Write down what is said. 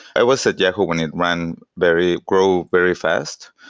i was at yahoo when it ran very grow very fast,